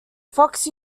fox